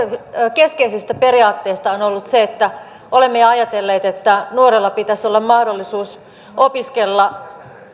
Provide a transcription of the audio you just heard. keskeisistä periaatteista on ollut se että olemme ajatelleet että nuorella pitäisi olla mahdollisuus opiskella